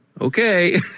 Okay